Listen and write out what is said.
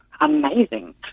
amazing